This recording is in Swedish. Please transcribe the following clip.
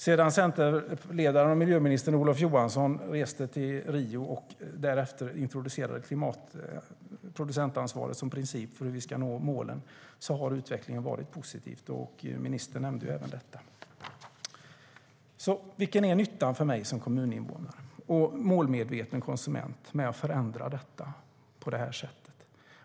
Sedan centerledaren och miljöministern Olof Johansson reste till Rio och därefter introducerade producentansvaret som princip för hur vi ska nå målen har utvecklingen varit positiv. Ministern nämnde också detta. Vilken är nyttan för mig som kommuninvånare och målmedveten konsument med att förändra detta?